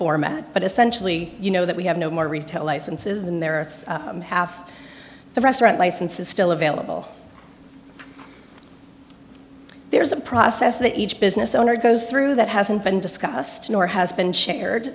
format but essentially you know that we have no more retail licenses than there are half the restaurant licenses still available there's a process that each business owner goes through that hasn't been discussed nor has been shared